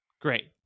Great